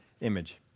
image